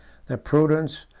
the prudence,